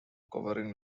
covering